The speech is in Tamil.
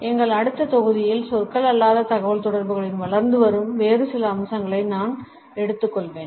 எங்கள் அடுத்த தொகுதியில் சொற்கள் அல்லாத தகவல்தொடர்புகளின் வளர்ந்து வரும் வேறு சில அம்சங்களை நான் எடுத்துக்கொள்வேன்